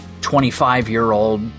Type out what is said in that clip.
25-year-old